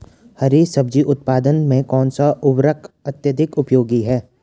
हरी सब्जी उत्पादन में कौन सा उर्वरक अत्यधिक उपयोगी है?